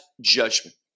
judgment